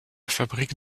fabrique